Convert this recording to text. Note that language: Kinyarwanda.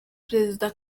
perezida